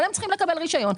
אבל הם צריכים לקבל רישיון,